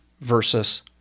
versus